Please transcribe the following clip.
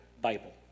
Bible